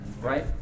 right